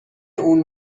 اون